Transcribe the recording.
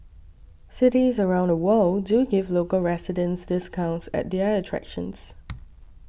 cities around the world do give local residents discounts at their attractions